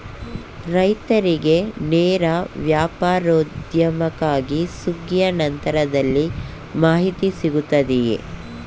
ರೈತರಿಗೆ ನೇರ ವ್ಯಾಪಾರೋದ್ಯಮಕ್ಕಾಗಿ ಸುಗ್ಗಿಯ ನಂತರದಲ್ಲಿ ಮಾಹಿತಿ ಸಿಗುತ್ತದೆಯೇ?